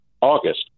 august